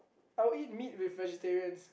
I would eat meat with vegetarians